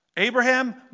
Abraham